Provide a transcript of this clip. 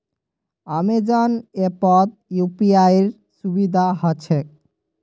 Amazon ऐपत यूपीआईर सुविधा ह छेक